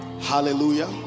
Hallelujah